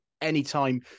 anytime